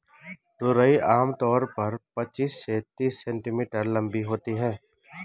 तुरई आम तौर पर पचीस से तीस सेंटीमीटर लम्बी होती है